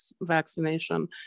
vaccination